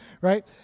right